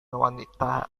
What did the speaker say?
wanita